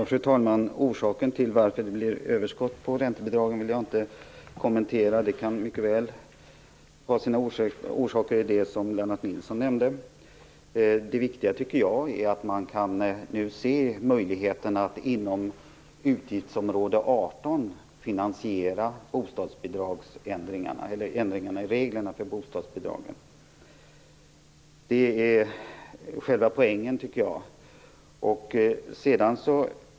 Fru talman! Orsaken till att det blir överskott på räntebidragen vill jag inte kommentera. Det kan mycket väl vara det som Lennart Nilsson nämnde. Det viktiga är att man nu kan se möjligheter att inom utgiftsområde 18 finansiera ändringarna i reglerna för bostadsbidragen. Det är själva poängen, tycker jag.